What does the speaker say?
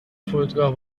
فرودگاه